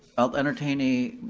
i'll entertain a,